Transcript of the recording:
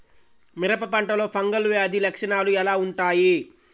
మిరప పంటలో ఫంగల్ వ్యాధి లక్షణాలు ఎలా వుంటాయి?